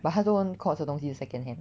but 她说 Courts 的东西是 second hand